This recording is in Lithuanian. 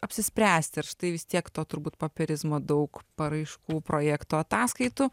apsispręsti ir štai vis tiek to turbūt popierizmo daug paraiškų projektų ataskaitų